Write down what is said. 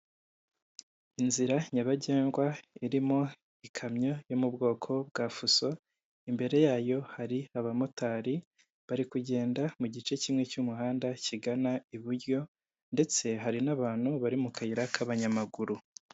Inzira nyabagendwa irimo ikamyo yo mu bwoko bwa fuso, imbere yayo hari abamotari bari kugenda mu gice kimwe cy'umuhanda kigana iburyo ndetse hari n'abantu bari mu kayira k'abanyamaguru.